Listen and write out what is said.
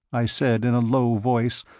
i said, in a low voice,